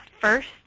first